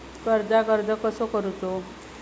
कर्जाक अर्ज कसो करूचो?